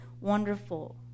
wonderful